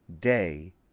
day